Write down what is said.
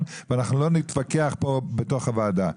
ואנחנו לא נתווכח כאן בתוך הוועדה.